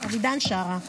אבידן שרה.